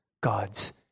God's